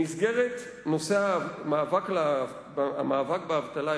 במסגרת המאבק באבטלה,